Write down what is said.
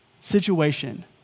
situation